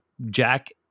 Jack